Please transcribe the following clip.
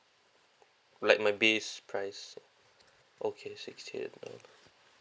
like my base price okay sixty eight uh